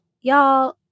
y'all